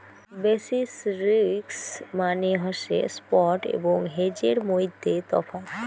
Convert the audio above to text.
basis risk মানে হসে spot এবং হেজের মইধ্যে তফাৎ